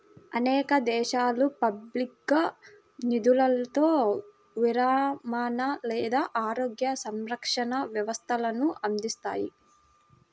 అనేక దేశాలు పబ్లిక్గా నిధులతో విరమణ లేదా ఆరోగ్య సంరక్షణ వ్యవస్థలను అందిస్తాయి